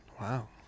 Wow